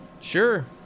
Sure